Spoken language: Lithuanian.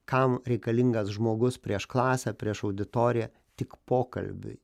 kam reikalingas žmogus prieš klasę prieš auditoriją tik pokalbiui